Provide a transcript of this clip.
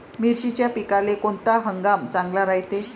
मिर्चीच्या पिकाले कोनता हंगाम चांगला रायते?